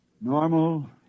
Normal